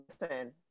listen